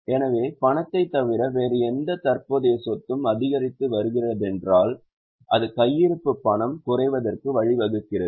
எனவே பணத்தைத் தவிர வேறு எந்த தற்போதைய சொத்தும் அதிகரித்து வருகிறதென்றால் அது கையிருப்பு பணம் குறைவதற்கு வழிவகுக்கிறது